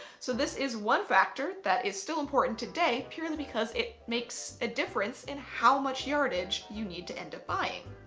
so this is one factor that is still important today purely because it makes a difference in how much yardage you need to end up buying.